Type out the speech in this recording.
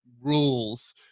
rules